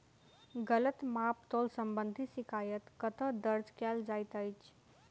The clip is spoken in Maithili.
गलत माप तोल संबंधी शिकायत कतह दर्ज कैल जाइत अछि?